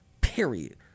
Period